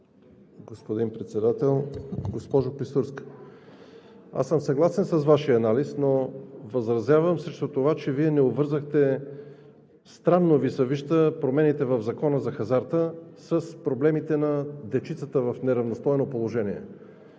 Господин Председател, госпожо Клисурска, аз съм съгласен с Вашия анализ, но възразявам срещу това, че Вие не обвързахте – странно ми се вижда, промените в Закона за хазарта с проблемите на дечицата в неравностойно положение.